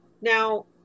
now